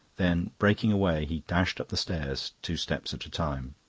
then breaking away he dashed up the stairs, two steps at a time.